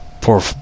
poor